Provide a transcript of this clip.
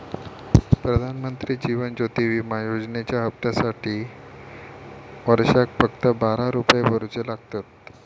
प्रधानमंत्री जीवन ज्योति विमा योजनेच्या हप्त्यासाटी वर्षाक फक्त बारा रुपये भरुचे लागतत